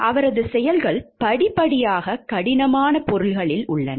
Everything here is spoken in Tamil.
அவரது செயல்கள் படிப்படியாக கடினமான பொருளில் உள்ளன